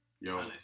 yo